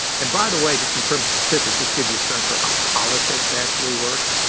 and by the way, just in terms of statistics, this gives you a sense for how politics actually works,